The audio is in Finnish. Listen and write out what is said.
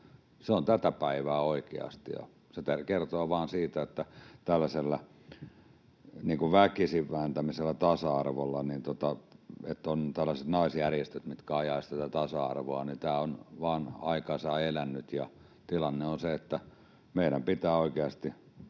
Se on tätä päivää oikeasti, ja se kertoo vain siitä, että tällainen väkisin vääntäminen tasa-arvoon, että on tällaiset naisjärjestöt, mitkä ajaisivat tasa-arvoa, on aikansa elänyt. Tilanne on se, että meidän pitää oikeasti